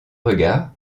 regards